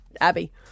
Abby